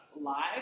live